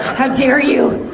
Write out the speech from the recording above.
how dare you!